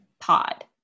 Pod